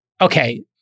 Okay